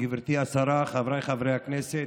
גברתי השרה, חבריי חברי הכנסת,